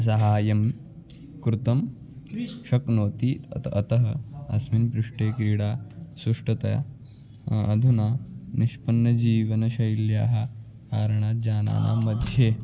सहायं कर्तुं शक्नोति अतः अतः अस्मिन् पृष्टे क्रीडा सुष्ठुतया अधुना निष्पन्नजीवनशैल्याः कारणात् जानानां मध्ये